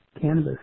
cannabis